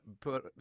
put